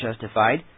justified